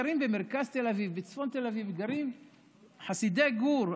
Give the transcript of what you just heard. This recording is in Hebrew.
במרכז תל אביב, בצפון תל אביב גרים חסידי גור.